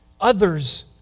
others